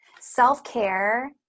self-care